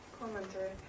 commentary